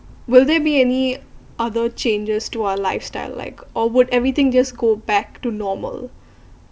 will there be any other changes to our lifestyle like or would everything just go back to normal